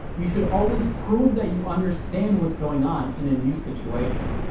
you should always prove that you understand what is going on in a new situation.